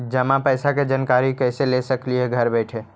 जमा पैसे के जानकारी कैसे ले सकली हे घर बैठे?